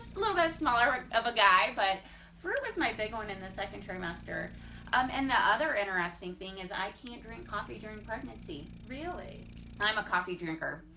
so little but smaller of a guy but drew was my big one in the second trimester um and the other interesting thing is i can't drink coffee during pregnancy. really i'm a coffee drinker.